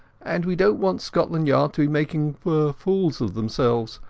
and we donat want scotland yard to be making fools of themselves.